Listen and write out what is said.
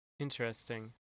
Interesting